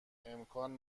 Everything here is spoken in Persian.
امکان